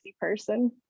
person